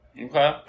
Okay